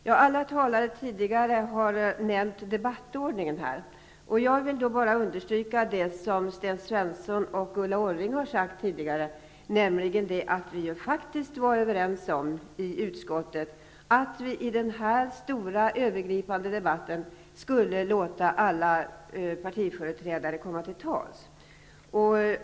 Fru talman! Alla tidigare talare har nämnt debattordningen. Jag vill understryka det som Sten Svensson och Ulla Orring har sagt tidigare, nämligen att vi faktiskt var överens i utskottet om att vi i den här stora övergripande debatten skulle låta alla partiföreträdare komma till tals.